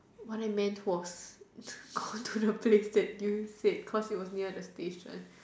what I meant was we can go to the place drew said cause it was near the station